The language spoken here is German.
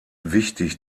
wichtig